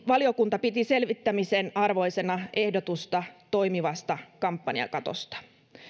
valiokunta piti selvittämisen arvoisena ehdotusta toimivasta kampanjakatosta